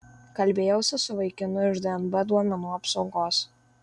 kalbėjausi su vaikinu iš dnb duomenų apsaugos